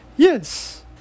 Yes